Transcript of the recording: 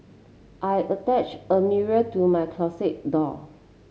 I attached a mirror to my closet door